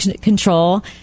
control